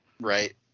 Right